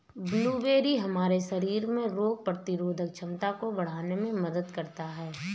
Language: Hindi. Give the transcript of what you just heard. ब्लूबेरी हमारे शरीर में रोग प्रतिरोधक क्षमता को बढ़ाने में मददगार है